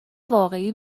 واقعی